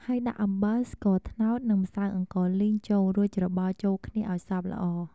ហើយ ដាក់ អំបិល ស្ករត្នោត និង ម្សៅអង្ករលីង ចូល រួចច្របល់ចូលគ្នាឱ្យសព្វល្អ។